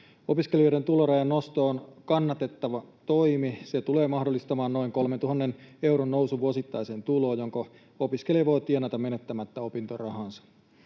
Opiskelijoiden tulorajan nosto on kannatettava toimi. Se tulee mahdollistamaan noin 3 000 euron nousun vuosittaiseen tuloon, jonka opiskelija voi tienata menettämättä opintorahaansa.